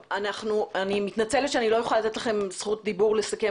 אני מתנצלת על כך שאני לא יכולה לתת לכם זכות דיבור לסכם